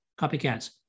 copycats